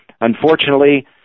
unfortunately